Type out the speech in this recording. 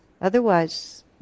Otherwise